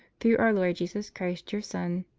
through our lord, jesus christ, your son,